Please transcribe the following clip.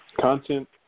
content